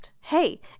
Hey